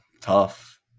tough